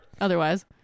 otherwise